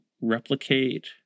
replicate